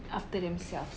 after themselves